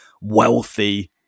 wealthy